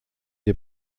des